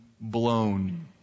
blown